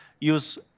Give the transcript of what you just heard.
use